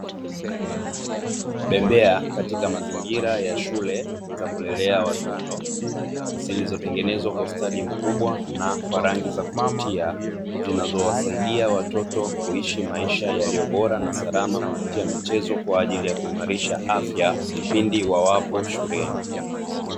Bembea katika mazingira ya shule za kulelea watoto zilizotengenezwa kwa ustadi mkubwa na kwa rangi za kuvutia, zinazowasaidia watoto kuishi maisha yaliyo bora na salama kupitia michezo kwa ajili ya kuimarisha afya pindi wawapo shuleni.